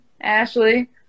Ashley